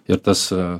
ir tas